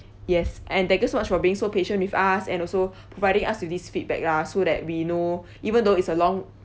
yes and thank you so much for being so patient with us and also providing us with this feedback lah so that we know even though it's a long